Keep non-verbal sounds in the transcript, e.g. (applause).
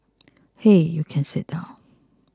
(noise) hey you can sit down